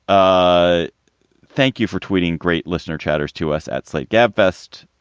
ah thank you for tweeting, great listener chatter's to us at slate gabfests.